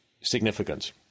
significant